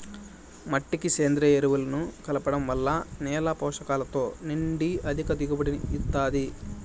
మట్టికి సేంద్రీయ ఎరువులను కలపడం వల్ల నేల పోషకాలతో నిండి అధిక దిగుబడిని ఇస్తాది